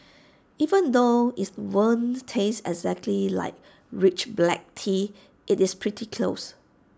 even though is won't taste exactly like rich black tea IT is pretty close